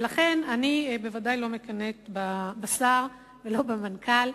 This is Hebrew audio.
ולכן אני בוודאי לא מתקנאת בשר ולא במנכ"ל.